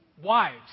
wives